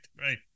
right